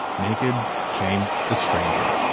naked came the stranger.